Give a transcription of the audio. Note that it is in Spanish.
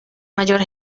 mayor